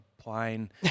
plane